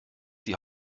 die